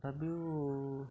তথাপিও